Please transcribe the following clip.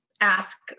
ask